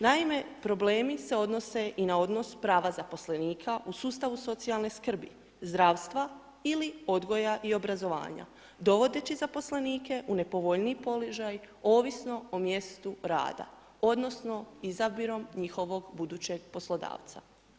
Naime, problemi se odnose i na odnos prava zaposlenika u sustavu socijalne skrbi, zdravstva ili odgoja i obrazovanja dovodeći zaposlenik u nepovoljniji položaj ovisno o mjestu rada odnosno izabirom njihovog budućeg poslodavca.